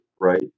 right